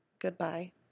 Goodbye